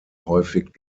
häufig